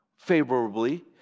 favorably